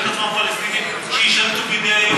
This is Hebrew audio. את עצמם פלסטינים שיישלטו בידי היהודים.